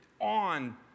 on